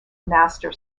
master